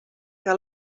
que